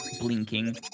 blinking